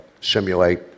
simulate